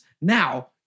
now